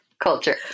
Culture